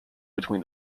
between